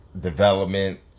development